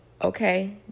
okay